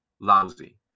lousy